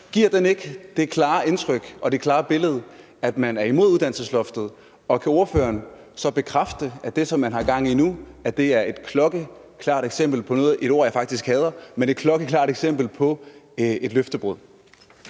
den her ikke det klare indtryk og det klare billede, at man er imod uddannelsesloftet, og kan ordføreren så bekræfte, at det, som man har gang i nu, er et klokkeklart eksempel på – et ord,